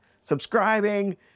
subscribing